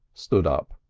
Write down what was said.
stood up.